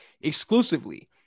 exclusively